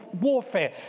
warfare